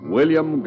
William